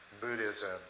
Buddhism